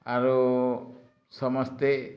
ଆରୁ ସମସ୍ତେ